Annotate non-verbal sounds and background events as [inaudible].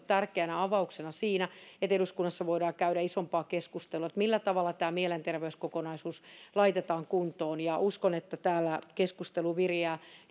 [unintelligible] tärkeänä avauksena siinä että eduskunnassa voidaan käydä isompaa keskustelua siitä millä tavalla tämä mielenterveyskokonaisuus laitetaan kuntoon ja uskon että täällä keskustelu viriää